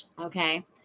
Okay